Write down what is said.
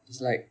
it's like